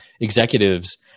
executives